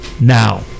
now